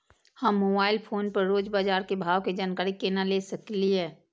हम mobile phone पर रोज बाजार के भाव के जानकारी केना ले सकलिये?